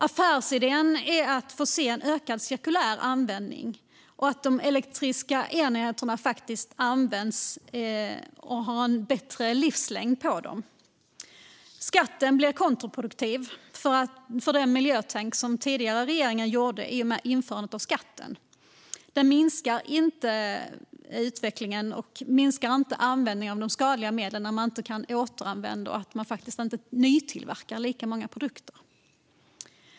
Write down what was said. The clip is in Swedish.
Affärsidén är att vi ska få ökad cirkulär användning och att de elektroniska enheterna ska få en längre livslängd. Skatten blir kontraproduktiv utifrån den tidigare regeringens miljötänk vid införandet av skatten. Användningen av de skadliga medlen minskar inte när man inte kan återanvända utan behöver nytillverka lika många produkter.